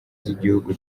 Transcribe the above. z’igihugu